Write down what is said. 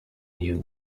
new